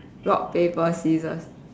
rock paper scissors